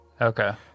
Okay